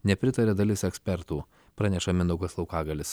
nepritaria dalis ekspertų praneša mindaugas laukagalis